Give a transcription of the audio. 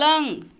पलंग